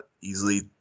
easily